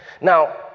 Now